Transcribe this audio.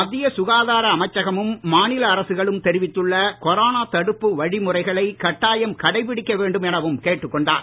மத்திய சுகாதார அமைச்சகமும் மாநில அரசுகளும் தெரிவித்துள்ள கொரோனா தடுப்பு வழிமுறைகளை கட்டாயம் கடைபிடிக்க வேண்டும் எனவும் கேட்டுக் கொண்டார்